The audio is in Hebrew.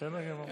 בסדר גמור.